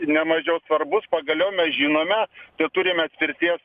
nemažiau svarbus pagaliau mes žinome kad turime atspirties